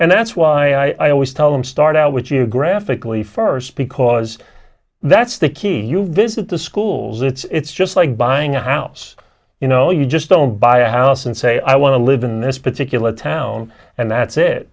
and that's why i always tell them start out with you graphically first because that's the key you visit the schools it's just like buying a house you know you just don't buy a house and say i want to live in this particular town and that's it